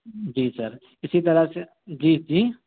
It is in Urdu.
جی سر اِسی طرح سے جی جی